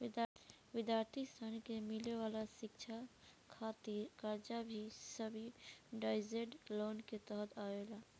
विद्यार्थी सन के मिले वाला शिक्षा खातिर कर्जा भी सब्सिडाइज्ड लोन के तहत आवेला